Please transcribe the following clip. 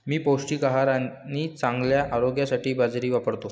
मी पौष्टिक आहार आणि चांगल्या आरोग्यासाठी बाजरी वापरतो